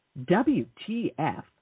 WTF